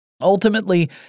Ultimately